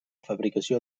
fabricació